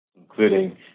including